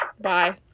bye